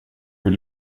vill